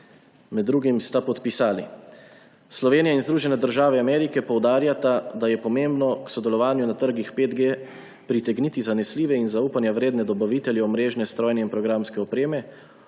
Med drugim sta podpisali: »Slovenija in Združene države Amerike poudarjata, da je pomembno k sodelovanju na trgih 5G pritegniti zanesljive in zaupanja vredne dobavitelje omrežne, strojne in programske opreme